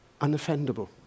unoffendable